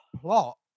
...plot